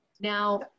Now